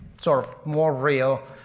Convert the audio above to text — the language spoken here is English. sort of more real,